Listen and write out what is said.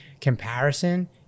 comparison